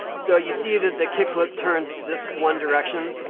so you see that the kickflip turns this one direction,